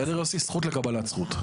בסדר, יוסי, זכות לקבלת זכות.